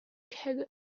cargo